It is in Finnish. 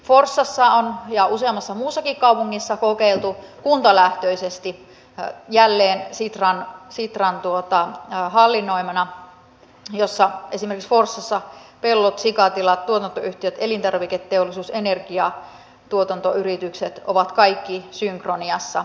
forssassa on ja useammassa muussakin kaupungissa kokeiltu kuntalähtöisesti jälleen sitran hallinnoimana sitä että esimerkiksi forssassa pellot sikatilat tuotantoyhtiöt elintarviketeollisuus energiatuotantoyritykset ovat kaikki synkroniassa